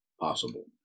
possible